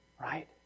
Right